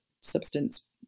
substance